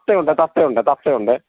തത്തയുണ്ട് തത്തയുണ്ട്